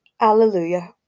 Alleluia